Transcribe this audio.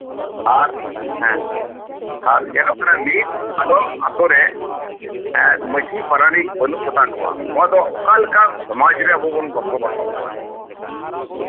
ᱟᱨ ᱦᱮᱸ ᱟᱨ ᱧᱮᱞᱚᱜ ᱠᱟᱱᱟ ᱱᱤᱛ ᱟᱫᱚᱢ ᱟᱛᱳᱨᱮ ᱢᱟᱹᱡᱷᱤ ᱯᱟᱨᱟᱱᱤᱠ ᱵᱟᱹᱱᱩᱜ ᱠᱚᱛᱟ ᱠᱚᱣᱟ ᱱᱚᱣᱟ ᱫᱚ ᱚᱠᱟ ᱞᱮᱠᱟᱱ ᱥᱚᱢᱟᱡ ᱨᱮᱵᱚᱱ ᱵᱚᱥᱚ ᱵᱟᱥᱚᱜ ᱠᱟᱱᱟ